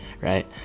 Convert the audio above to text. right